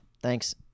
Thanks